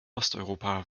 osteuropa